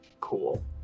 Cool